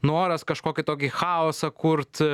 noras kažkokį tokį chaosą kurt